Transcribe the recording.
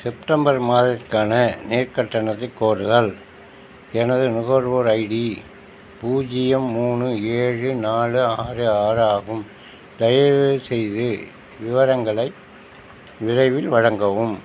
September மாதத்திற்கான நீர் கட்டணத்தைக் கோருதல் எனது நுகர்வோர் ஐடி பூஜ்ஜியம் மூணு ஏழு நாலு ஆறு ஆறு ஆகும் தயவுசெய்து விவரங்களை விரைவில் வழங்கவும்